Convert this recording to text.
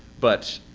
but